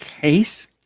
Case